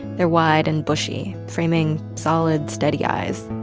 they're wide and bushy, framing solid steady eyes.